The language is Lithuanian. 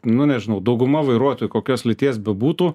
nu nežnau dauguma vairuotojų kokios lyties bebūtų